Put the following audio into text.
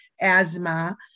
asthma